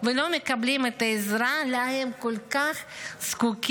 ולא מקבלים את העזרה שלה הם כל כך זקוקים.